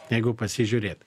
jeigu pasižiūrėt